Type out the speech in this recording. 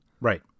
Right